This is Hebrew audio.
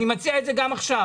אני מציע את זה גם עכשיו.